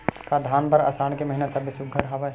का धान बर आषाढ़ के महिना सबले सुघ्घर हवय?